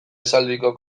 esaldiko